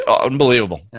Unbelievable